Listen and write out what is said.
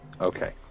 okay